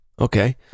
Okay